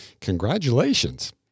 congratulations